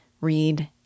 read